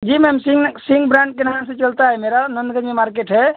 जी ma'am सीन सिंह brand के नाम से चलता है मेरा नंदगंज में मार्केट है